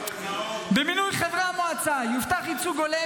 במינוי חברי המועצה יובטח ייצוג הולם